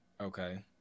Okay